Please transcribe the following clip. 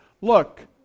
look